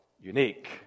unique